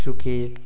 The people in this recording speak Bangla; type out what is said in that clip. সুখী